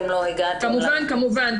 כמובן.